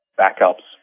backups